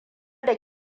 da